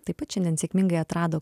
taip pat šiandien sėkmingai atrado